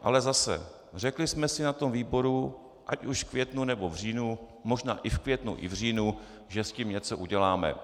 Ale zase řekli jsme si na tom výboru, ať už v květnu, nebo v říjnu, možná i v květnu i v říjnu, že s tím něco uděláme.